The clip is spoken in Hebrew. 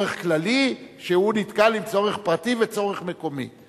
כללי שנתקל בצורך פרטי ובצורך מקומי.